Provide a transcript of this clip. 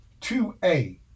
2A